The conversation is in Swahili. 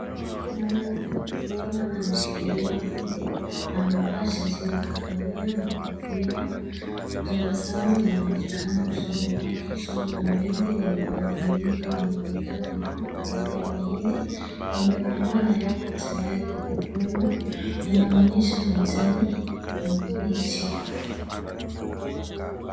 Mwanaume mkulima anashikilia mahindi. Amevaa shati la kahawia na kofia. Tabasamu linaonekana usoni mwake. Shamba la mahindi lenye mahindi mengi linaonekana nyuma. Baadhi ya mahindi yamekomaa na yako tayari kuvunwa. Yanaonyesha majani mabichi.